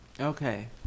Okay